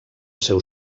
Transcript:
seu